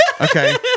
Okay